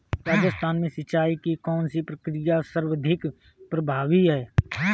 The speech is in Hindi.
राजस्थान में सिंचाई की कौनसी प्रक्रिया सर्वाधिक प्रभावी है?